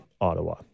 Ottawa